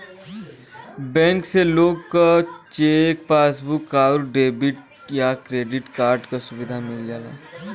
bank से लोग क चेक, पासबुक आउर डेबिट या क्रेडिट कार्ड क सुविधा मिल जाला